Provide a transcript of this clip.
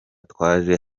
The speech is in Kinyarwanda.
twaje